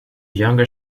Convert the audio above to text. younger